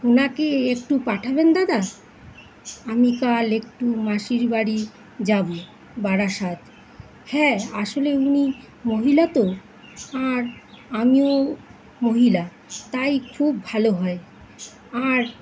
ওনাকে একটু পাঠাবেন দাদা আমি কাল একটু মাসির বাড়ি যাবো বারাসাত হ্যাঁ আসলে উনি মহিলা তো আর আমিও মহিলা তাই খুব ভালো হয় আর